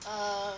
err